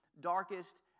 darkest